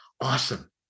awesome